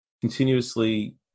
continuously